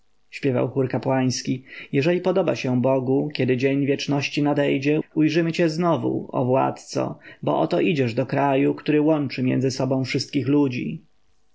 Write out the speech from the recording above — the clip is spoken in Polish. śpiewał chór kapłański jeżeli podoba się bogu kiedy dzień wieczności nadejdzie ujrzymy cię znowu o władco bo oto idziesz do kraju który łączy między sobą wszystkich ludzi